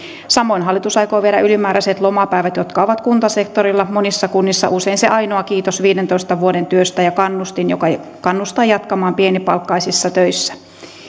samoin hallitus aikoo viedä ylimääräiset lomapäivät jotka ovat kuntasektorilla monissa kunnissa usein se ainoa kiitos viidentoista vuoden työstä ja kannustin joka kannustaa jatkamaan pienipalkkaisissa töissä